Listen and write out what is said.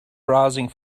browsing